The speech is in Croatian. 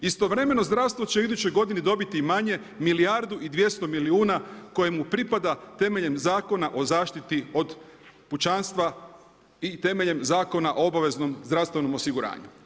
Istovremeno zdravstvo će u idućoj godini dobiti i manje, milijardu i 200 milijuna koje mu pripada temeljem Zakona o zaštiti od pučanstva i temeljem Zakona o obaveznom zdravstvenom osiguranju.